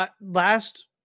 Last